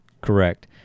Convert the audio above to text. correct